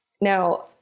Now